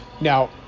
now